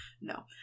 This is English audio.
No